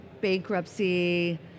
Bankruptcy